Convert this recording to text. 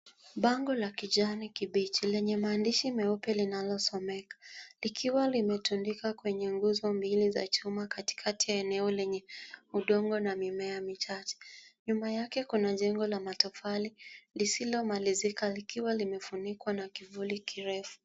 Bango la kijani kimbichi lenye maandiko meupe linalosomeka likiwa limetundikwa kwenye guzo mbili za chuma katikati ya eneo lenye udongo na mimea michache , nyuma yake kuna jengo la matofali lisilomalizika likiwa limefunikwa na kivuli kirefu .